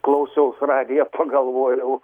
klausiausi radijo pagalvojau